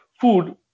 food